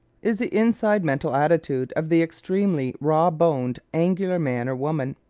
is the inside mental attitude of the extremely raw-boned, angular man or woman.